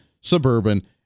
suburban